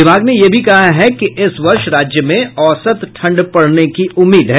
विभाग ने ये भी कहा है कि इस वर्ष राज्य में औसत ठंड पड़ने की उम्मीद है